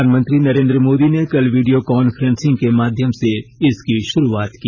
प्रधानमंत्री नरेन्द्र मोदी ने कल वीडियो कॉन्फ्रेंसिंग के माध्यम से इसकी शुरुआत की